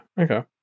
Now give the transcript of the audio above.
Okay